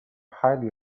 highly